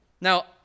Now